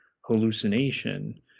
hallucination